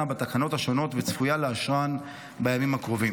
בתקנות השונות וצפויה לאשרן בימים הקרובים.